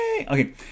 okay